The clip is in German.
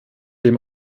dem